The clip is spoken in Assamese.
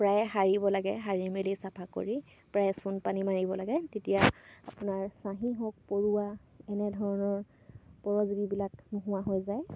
প্ৰায়ে সাৰিব লাগে সাৰি মেলি চাফা কৰি প্ৰায় চূণ পানী মাৰিব লাগে তেতিয়া আপোনাৰ চাহী হওক পৰুৱা এনেধৰণৰ পৰজীৱীবিলাক নোহোৱা হৈ যায়